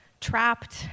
trapped